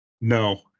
No